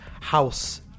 house